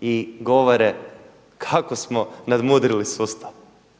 i govore kako smo nadmudrili sustav,